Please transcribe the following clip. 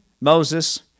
Moses